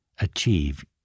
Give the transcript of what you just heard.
Achieve